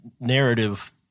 narrative